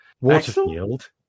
Waterfield